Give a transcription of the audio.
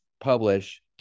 publish